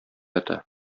ята